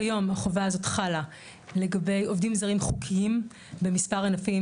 כיום החובה הזאת חלה לגבי עובדים זרים חוקיים במספר ענפים